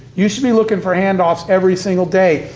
you should be looking for handoffs every single day,